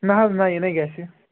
نہٕ حظ نہٕ یہِ نَے گژھِی